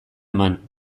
eman